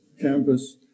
campus